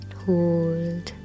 hold